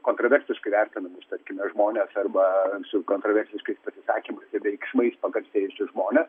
kontroversiškai vertinamus tarkime žmones arba su kontroversiškais pasisakymai veiksmais pagarsėjusius žmones